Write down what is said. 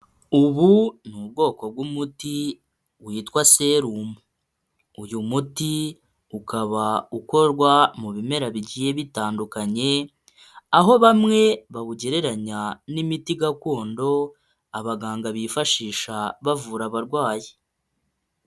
Ubu ni ubwoko bw'umuti witwa serumu, uyu muti ukaba ukorwa mu bimera bigiye bitandukanye aho bamwe bawugereranya n'imiti gakondo abaganga bifashisha bavura abarwayi.